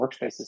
workspaces